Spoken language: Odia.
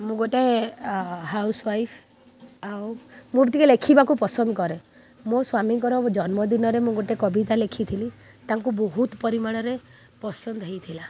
ମୁଁ ଗୋଟିଏ ହାଉସ୍ ୱାଇଫ୍ ଆଉ ମୋର ଟିକେ ଲେଖିବାକୁ ପସନ୍ଦ କରେ ମୋ ସ୍ୱାମୀଙ୍କର ଜନ୍ମଦିନରେ ମୁଁ ଗୋଟିଏ କବିତା ଲେଖିଥିଲି ତାଙ୍କୁ ବହୁତ ପରିମାଣରେ ପସନ୍ଦ ହୋଇଥିଲା